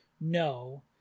no